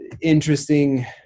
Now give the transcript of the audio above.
interesting